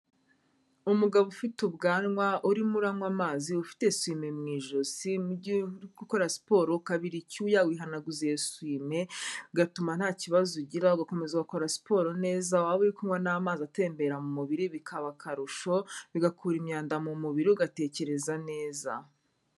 Umugabo ufite ubwanwa urimo uranywa amazi ufite swime mu ijosi mu gihe uri gukora siporo ukabiri icyuya wihanaguza iyo swime, bigatuma nta kibazo ugira ugakomeza gukora siporo neza waba uri kunywa n'amazi atembera mu mubiri bikaba akarusho bigakura imyanda mu mubiri ugatekereza neza.